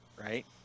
right